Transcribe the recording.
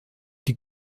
die